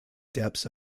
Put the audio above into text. depths